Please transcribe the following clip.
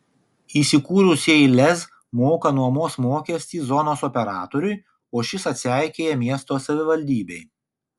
įsikūrusieji lez moka nuomos mokestį zonos operatoriui o šis atseikėja miesto savivaldybei